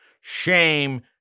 shame